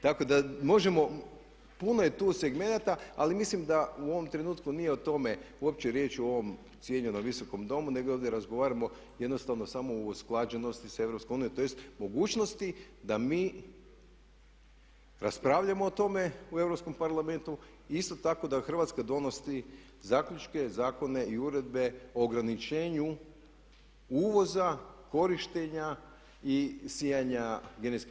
Tako da možemo, puno je tu segmenata ali mislim da u ovom trenutku nije o tome uopće riječ u ovom cijenjenom Visokom domu nego ovdje razgovaramo jednostavno samo o usklađenosti sa EU tj., mogućnosti da mi raspravljamo o tome u Europskom parlamentu i isto tako da Hrvatska donosi zaključke, zakone i uredbe o ograničenju uvoza, korištenja i sijanja GMO-a.